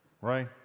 right